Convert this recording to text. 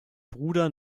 bruder